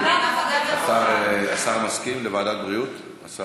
השר מסכים לוועדת בריאות?